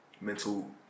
mental